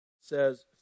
says